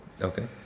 Okay